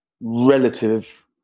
relative